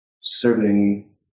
serving